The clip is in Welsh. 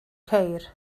ceir